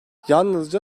yalnızca